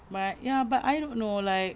but ya but I don't know like